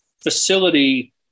facility